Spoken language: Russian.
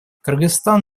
кыргызстан